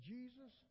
Jesus